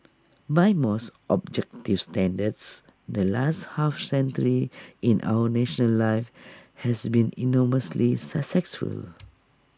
by most objective standards the last half century in our national life has been enormously successful